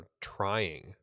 trying